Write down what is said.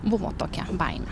buvo tokia baimė